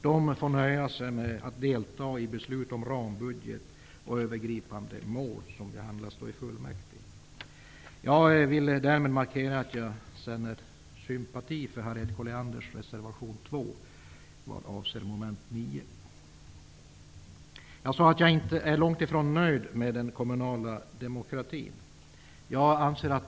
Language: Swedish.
De får nöja sig med att delta i beslut om rambudget och övergripande mål som behandlas i fullmäktige. Jag vill med detta markera att jag känner sympati för Harriet Collianders reservation 2 vad avser mom. 9. Jag sade att jag är långt ifrån nöjd med den kommunala demokratin.